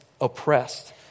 oppressed